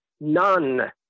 none